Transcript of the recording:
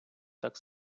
так